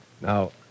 Now